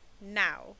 Now